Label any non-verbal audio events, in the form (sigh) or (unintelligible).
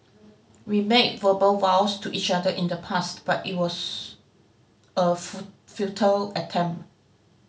we made verbal vows to each other in the past but it was a (unintelligible) futile attempt